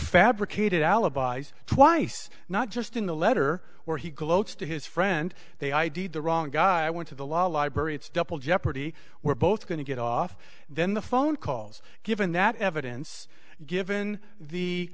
fabricated alibis twice not just in the letter where he gloats to his friend they i d d the wrong guy i went to the law library it's double jeopardy we're both going to get off then the phone calls given that evidence given the